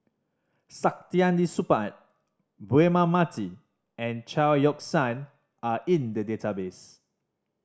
Saktiandi Supaat Braema Mathi and Chao Yoke San are in the database